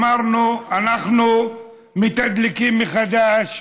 אמרנו שאנחנו מתדלקים מחדש,